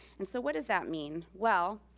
and so what does that mean? well,